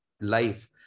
life